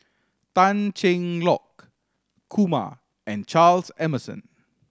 Tan Cheng Lock Kumar and Charles Emmerson